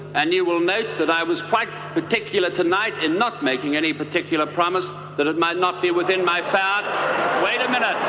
and you will note that i was quite particular tonight in not making any particular promise that it might not be within my power wait a minute!